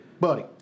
buddy